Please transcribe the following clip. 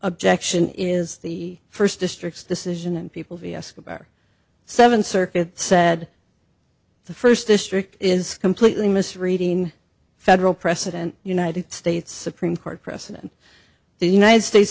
objection is the first district's decision and people vs about seven circuit said the first district is completely misreading federal precedent united states supreme court precedent the united states